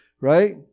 right